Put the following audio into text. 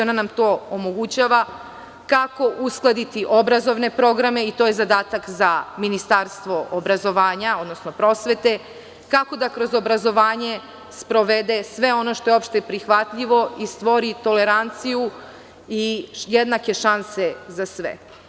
Ona nam to omogućava kako uskladiti obrazovne programe i to je zadatak za Ministarstvo obrazovanja, odnosno prosvete, kako da kroz obrazovanje sprovede sve ono što je prihvatljivo i stvori toleranciju za jednake šanse za sve.